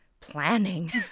planning